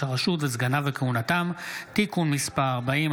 הרשות וסגניו וכהונתם) (תיקון מס' 40),